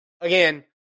Again